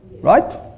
Right